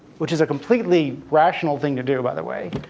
which is a completely rational thing to do, by the way,